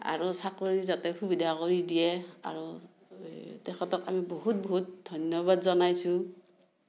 আৰু চাকৰি যাতে সুবিধা কৰি দিয়ে আৰু এই তেখেতক আমি বহুত বহুত ধন্যবাদ জনাইছোঁ